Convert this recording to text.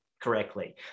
correctly